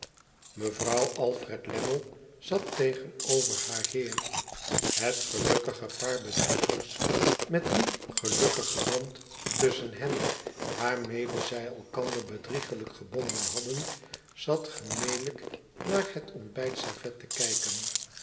mevrouw alfred lammie zat tegenover haar heer het gelukkige paar bedriegers met dien gelukkigen band tusschen hen waarmede zij elkander bedrieglijk gebonden hadden zat gemelijk naar het ontbijtservet te kijken